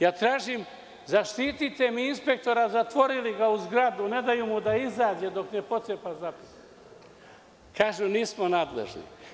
Ja tražim – zaštitite mi inspektora, zatvorili ga u zgradu, ne daju mu da izađe dok ne pocepa zapisnik, a oni kažu – nismo nadležni.